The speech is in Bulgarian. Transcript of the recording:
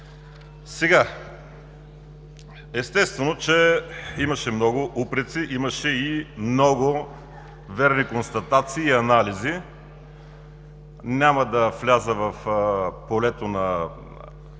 дам. Естествено, че имаше много упреци, имаше и много верни констатации и анализи. Няма да вляза в полето на